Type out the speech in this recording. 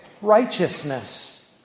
righteousness